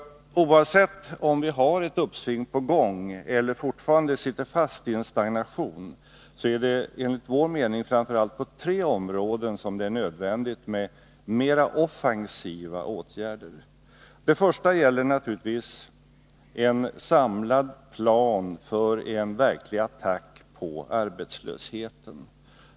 Oavsett om vi har ett uppsving på gång eller fortfarande sitter fast i en stagnation är det enligt vår mening framför allt på tre områden som det är nödvändigt med mera offensiva åtgärder. Det första gäller naturligtvis en samlad plan för en verklig attack på arbetslösheten.